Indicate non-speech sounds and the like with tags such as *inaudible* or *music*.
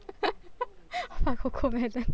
*laughs* CoComelon